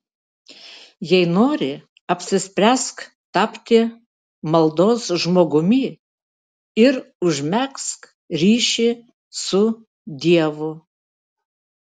jei nori apsispręsk tapti maldos žmogumi ir užmegzk ryšį su dievu